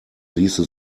ließe